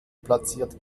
platziert